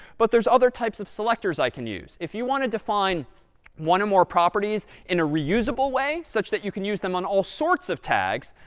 but there's other types of selectors i can use. if you want to define one or more properties in a reusable way such that you can use them on all sorts of tags,